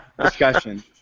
discussion